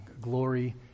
Glory